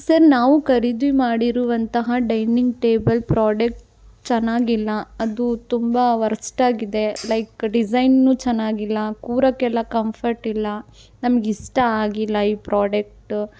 sir ನಾವು ಖರೀದಿ ಮಾಡಿರುವಂತಹ ಡೈನಿಂಗ್ ಟೇಬಲ್ ಪ್ರೋಡೆಕ್ ಚೆನ್ನಾಗಿಲ್ಲ ಅದು ತುಂಬ ವರ್ಸ್ಟಾಗಿದೆ ಲೈಕ್ ಡಿಸೈನು ಚೆನ್ನಾಗಿಲ್ಲ ಕೂರೋಕ್ಕೆಲ್ಲ ಕಂಫರ್ಟ್ ಇಲ್ಲ ನಮ್ಗೆ ಇಷ್ಟ ಆಗಿಲ್ಲ ಈ ಪ್ರೋಡೆಕ್ಟು